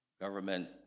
government